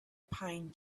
pine